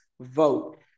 vote